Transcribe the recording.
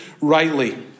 rightly